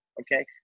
okay